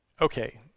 Okay